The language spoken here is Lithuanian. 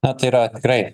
na tai yra tikrai